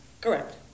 Correct